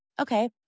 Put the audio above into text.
okay